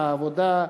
העבודה,